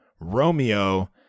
Romeo